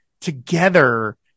together